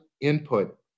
input